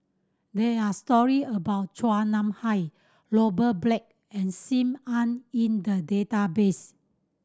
there are story about Chua Nam Hai Robert Black and Sim Ann in the database